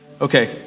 Okay